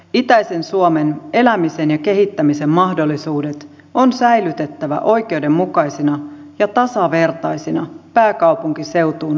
itäisen suomen elämisen ja kehittämisen mahdollisuudet on säilytettävä oikeudenmukaisina ja tasavertaisina pääkaupunkiseutuun verrattuna